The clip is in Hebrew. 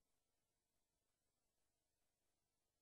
משטרת